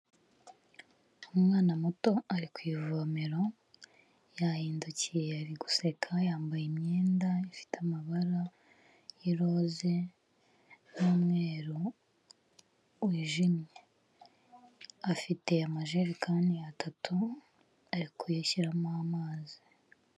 Umwana muto ari ku ivomero yahindukiye ari guseka yambaye imyenda ifite amabara y'iroze n'umweru wijimye, afite amajerekani atatu ari kuyashyiramo amazi.